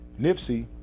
Nipsey